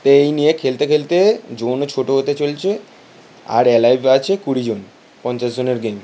এই নিয়ে খেলতে খেলতে জোনও ছোটো হতে চলছে আর অ্যালাইভ আছে কুড়িজন পঞ্চাশজনের গেম